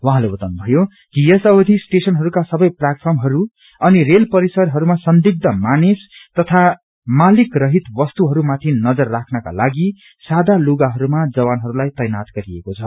उहाँले बताउनु भयो कि यस अवधि स्टेशनहरूको सबै प्लेटफार्महरू अनि रेल परिसरहरूमा संदिग्ध मानिस तथा मालिक रहित वस्तुहरू माथि नजर राख्नको लागि सादा लुगाामा जवानहरूलाई तैनाथ गरिएको छ